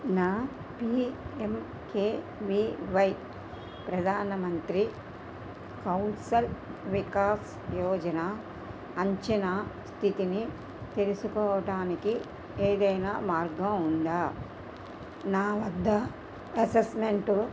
నా పీఎంకేవివై ప్రధానమంత్రి కౌశల్ వికాస్ యోజన అంచనా స్థితిని తెలుసుకోవడానికి ఏదైనా మార్గం ఉందా నా వద్ద అసెస్మెంటు